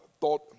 thought